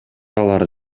алар